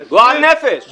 גועל נפש.